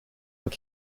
were